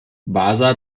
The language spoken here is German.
wasa